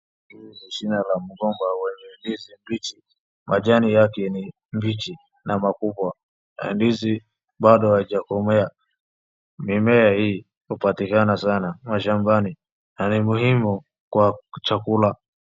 Hii ni shine la mgomba wenye ndizi bichi majani yake ni bichi na makubwa. Ndizi bado lijakomea. Mimea hii hupatikana sana mashambani na ni muhimu kwa chakula.